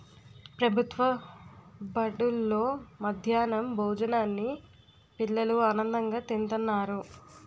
ప్రభుత్వ బడుల్లో మధ్యాహ్నం భోజనాన్ని పిల్లలు ఆనందంగా తింతన్నారు